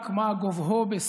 חבר הכנסת אמסלם.